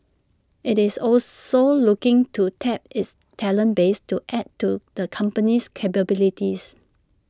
IT is also looking to tap its talent base to add to the company's capabilities